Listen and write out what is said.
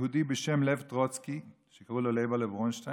יהודי בשם לב טרוצקי, שקראו לו לייב ברונשטיין,